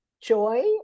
Joy